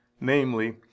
namely